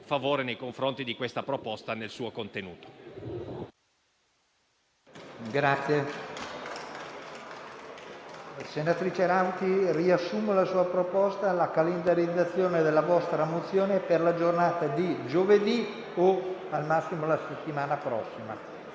favore nei confronti della proposta e del suo contenuto.